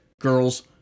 girls